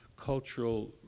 cultural